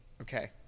Okay